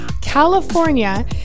california